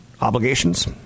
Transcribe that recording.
obligations